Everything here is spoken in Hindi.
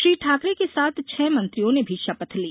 श्री ठाकरे के साथ छह मंत्रियों ने भी शपथ ली